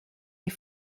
est